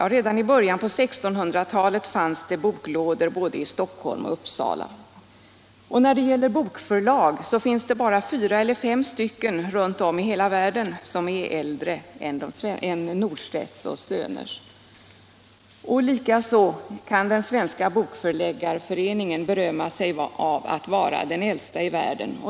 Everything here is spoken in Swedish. Redan i början av 1600-talet fanns det boklådor både i Uppsala och i Stockholm. När det gäller bokförlag finns det bara fyra eller fem stycken ute i världen som är äldre än Norstedt & Söner. Likaså kan den svenska bokförläggarföreningen berömma sig av att vara den äldsta i världen.